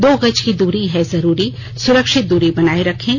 दो गज की दूरी है जरूरी सुरक्षित दूरी बनाए रखें